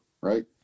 Right